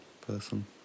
person